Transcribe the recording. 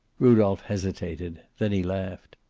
rudolph hesitated. then he laughed.